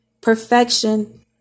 Perfection